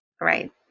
Right